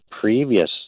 previous